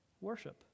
worship